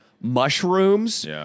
Mushrooms